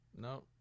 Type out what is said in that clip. no